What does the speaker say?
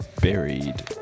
buried